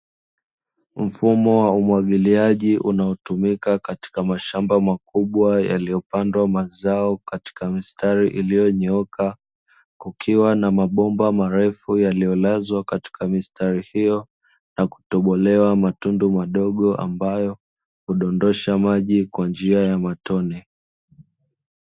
Mfumo wa umwagiliaji unaotumika katika mashamba makubwa yaliyo pandwa mazao katika mistari iliyo nyooka, kukiwa na mabomba marefu yaliyo lazwa katika mistari hiyo, na kutoborewa matundu madogo ambayo hudondosha maji kwa njia ya matone.